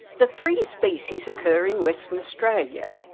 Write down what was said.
the three species occur in western australia,